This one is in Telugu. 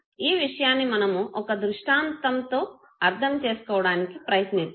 ఈ విషయాన్ని మనము ఒక దృష్టాంతంతో అర్ధం చేసుకోవడానికి ప్రయత్నిద్దాం